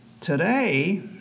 Today